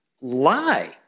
Lie